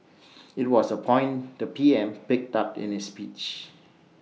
IT was A point the P M picked up in his speech